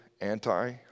anti